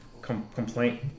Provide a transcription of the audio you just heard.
complaint